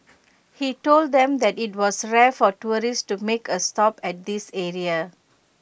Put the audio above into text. he told them that IT was rare for tourists to make A stop at this area